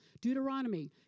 Deuteronomy